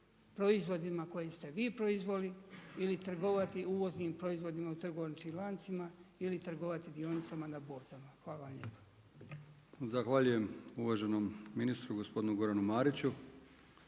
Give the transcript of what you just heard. proizvodima koje ste vi proizveli ili trgovati uvoznim proizvodima u trgovačkim lancima ili trgovati dionicama na burzama. Hvala vam